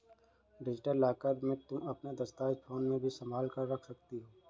digital locker में तुम अपने दस्तावेज फोन में ही संभाल कर रख सकती हो